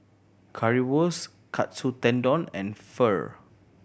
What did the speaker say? Currywurst Katsu Tendon and Pho